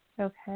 Okay